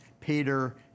Peter